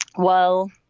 well,